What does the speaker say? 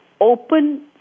open